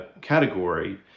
category